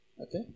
Okay